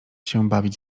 przyjemnie